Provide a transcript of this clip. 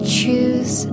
choose